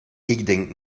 denk